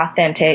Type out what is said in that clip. authentic